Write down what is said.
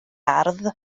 ardd